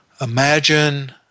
Imagine